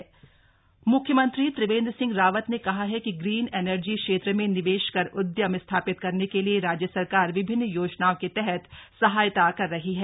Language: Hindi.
सोलर ऊर्जा प्लांट लोकार्पण म्ख्यमंत्री त्रिवेंद्र सिंह रावत ने कहा है कि ग्रीन एनर्जी क्षेत्र में निवेश कर उद्यम स्थापित करने के लिए राज्य सरकार विभिन्न योजनाओं के तहत सहायता कर रही है